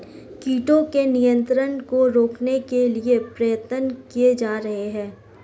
कीटों के नियंत्रण को रोकने के लिए प्रयत्न किये जा रहे हैं